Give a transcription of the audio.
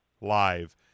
live